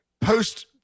post